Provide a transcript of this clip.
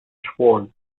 schwartz